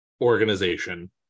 organization